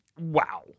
wow